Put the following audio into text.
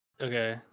Okay